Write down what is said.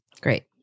Great